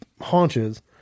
haunches